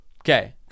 okay